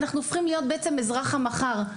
אנחנו צריכים להיות בעצם אזרח המחר.